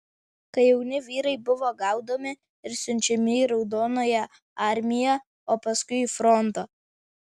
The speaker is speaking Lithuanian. kai jauni vyrai buvo gaudomi ir siunčiami į raudonąją armiją o paskui į frontą